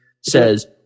says